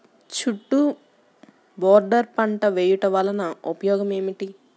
చుట్టూ బోర్డర్ పంట వేయుట వలన ఉపయోగం ఏమిటి?